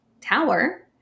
tower